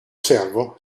servo